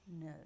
No